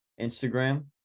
Instagram